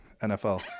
nfl